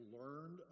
learned